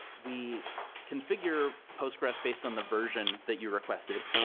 we configure postgres based on the version that you requested.